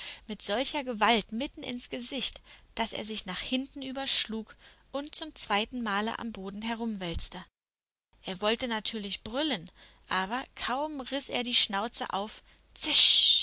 mit solcher gewalt mitten ins gesicht daß er sich nach hinten überschlug und zum zweiten male am boden herumwälzte er wollte natürlich brüllen aber kaum riß er die schnauze auf zisch